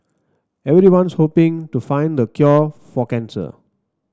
everyone's hoping to find the cure for cancer